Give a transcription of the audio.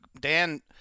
Dan